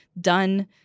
done